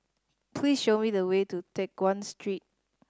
please show me the way to Teck Guan Street